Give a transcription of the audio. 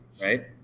right